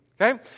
Okay